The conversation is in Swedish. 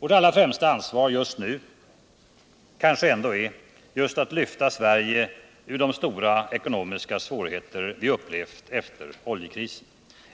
Vårt allra främsta ansvar just nu kanske ändå är att lyfta Sverige ur de stora ekonomiska svårigheter vi upplevt efter oljekrisen.